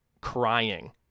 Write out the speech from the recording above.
crying